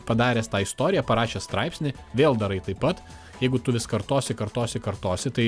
padaręs tą istoriją parašęs straipsnį vėl darai taip pat jeigu tu vis kartosi kartosi kartosi tai